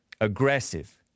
aggressive